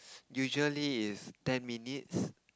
usually it's ten minutes